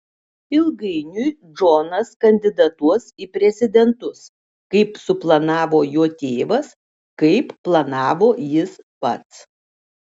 ilgainiui džonas kandidatuos į prezidentus kaip suplanavo jo tėvas kaip planavo jis pats